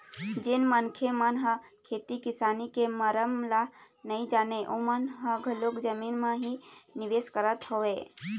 जेन मनखे मन ह खेती किसानी के मरम ल नइ जानय ओमन ह घलोक जमीन म ही निवेश करत हवय